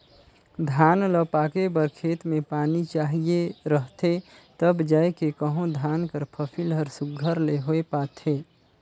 धान ल पाके बर खेत में पानी चाहिए रहथे तब जाएके कहों धान कर फसिल हर सुग्घर ले होए पाथे